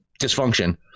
dysfunction